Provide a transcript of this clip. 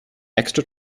extra